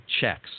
checks